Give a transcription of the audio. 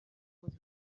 was